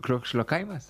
krokšlio kaimas